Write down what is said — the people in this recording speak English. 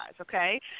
okay